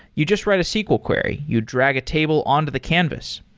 you just write a sql query. you drag a table on to the canvas.